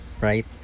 Right